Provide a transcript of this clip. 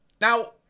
Now